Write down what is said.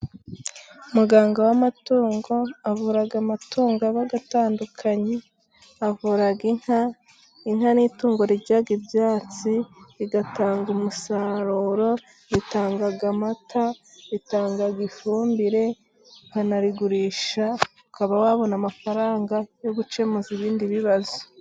Muganga w'amatungo avura amatungo aba atandukanye , avura inka, inka ni itungo rirya ibyatsi rigatanga umusaruro, bitanga amata, ritanga ifumbire, ukanarigurisha ukaba wabona amafaranga yo gukemuza ibindi bibazo.